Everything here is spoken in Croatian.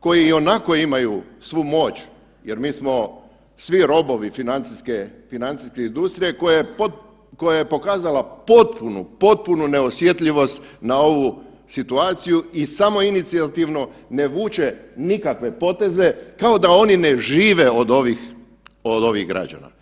koji ionako imaju svu moć jer mi smo svi robovi financijske, financijske industrije koja je pokazala potpunu, potpunu neosjetljivost na ovu situaciju i samoinicijativno ne vuče nikakve poteze kao da oni ne žive od ovih, od ovih građana.